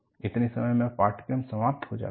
इतने समय मे पाठ्यक्रम समाप्त हो जाता है